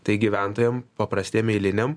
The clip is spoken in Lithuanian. tai gyventojam paprastiem eiliniam